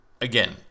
again